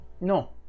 No